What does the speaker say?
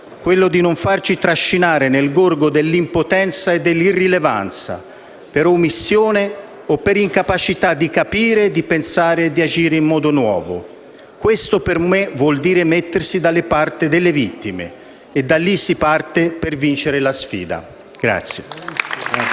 quello di non farci trascinare nel gorgo dell'impotenza e dell'irrilevanza, per omissione o per incapacità di capire, di pensare e agire in modo nuovo. Questo per me vuol dire mettersi dalla parte delle vittime. Da lì si parte per vincere la sfida.